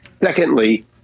Secondly